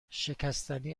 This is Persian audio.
شکستنی